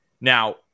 Now